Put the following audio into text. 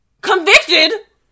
convicted